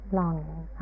longing